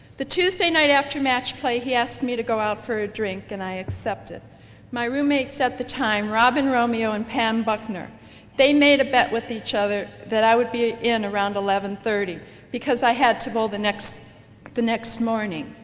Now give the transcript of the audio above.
the tuesday night after match play he asked me to go out for a drink and i accept it my roommates at the time robin romeo and pam buckner they made a bet with each other that i would be in around eleven thirty because i had to go the next the next morning.